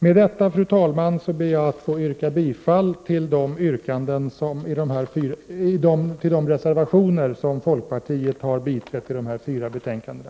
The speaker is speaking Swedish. Med detta, fru talman, yrkar jag bifall till de reservationer som folkpartiet har biträtt när det gäller dessa fyra betänkanden.